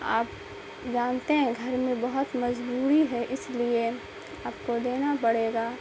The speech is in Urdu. آپ جانتے ہیں گھر میں بہت مجبوری ہے اس لیے آپ کو دینا پڑے گا